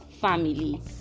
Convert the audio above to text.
family